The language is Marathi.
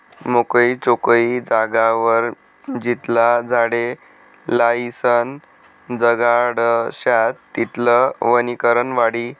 मोकयी चोकयी जागावर जितला झाडे लायीसन जगाडश्यात तितलं वनीकरण वाढी